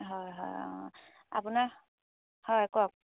হয় হয় অঁ আপোনাক হয় কওক